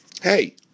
hey